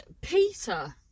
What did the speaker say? Peter